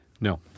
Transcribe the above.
No